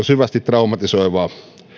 syvästi traumatisoivia